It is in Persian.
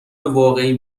واقعی